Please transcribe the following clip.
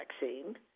vaccine